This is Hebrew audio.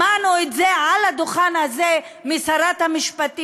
שמענו את זה על הדוכן הזה משרת המשפטים,